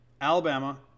Alabama